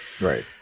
right